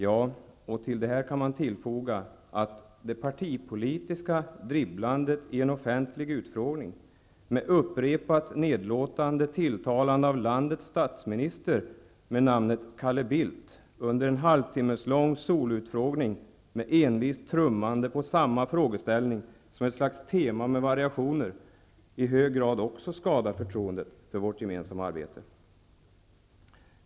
Ja, och till detta kan man foga att det partipolitiska dribblandet i en offentlig utfrågning med upprepat nedlåtande tilltalande av landets statsminister med ''Calle Bildt'' under en halvtimmeslång soloutfrågning med envist trummande på samma frågeställning, som ett slags tema med variationer, i hög grad också skadar förtroendet för vårt gemensamma arbete.